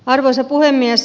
arvoisa puhemies